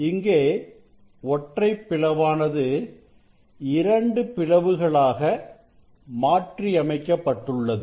இங்கே ஒற்றை பிளவானது இரண்டு பிளவுகளாக மாற்றியமைக்கப்பட்டுள்ளது